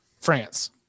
France